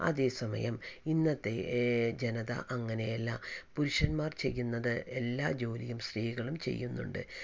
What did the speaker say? അതേസമയം ഇന്നത്തെ ജനത അങ്ങനെയല്ല പുരുഷന്മാർ ചെയ്യുന്നത് എല്ലാ ജോലിയും സ്ത്രീകളും ചെയ്യുന്നുണ്ട്